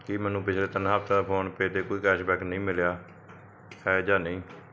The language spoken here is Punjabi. ਕੀ ਮੈਨੂੰ ਪਿਛਲੇ ਤਿੰਨ ਹਫਤਿਆਂ ਤੋਂ ਫੋਨਪੇਅ 'ਤੇ ਕੋਈ ਕੈਸ਼ਬੈਕ ਨਹੀਂ ਮਿਲਿਆ ਹੈ ਜਾਂ ਨਹੀਂ